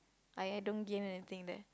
I I don't gain anything there